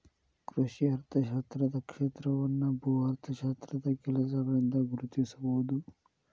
ಕೃಷಿ ಅರ್ಥಶಾಸ್ತ್ರದ ಕ್ಷೇತ್ರವನ್ನು ಭೂ ಅರ್ಥಶಾಸ್ತ್ರದ ಕೆಲಸಗಳಿಂದ ಗುರುತಿಸಬಹುದು